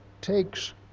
takes